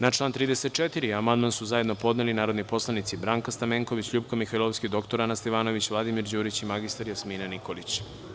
Na član 34. amandman su zajedno podneli narodni poslanici Branka Stamenković, LJupka Mihajlovska, dr Ana Stevanović, Vladimir Đurić i mr Jasmina Nikolić.